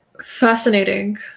Fascinating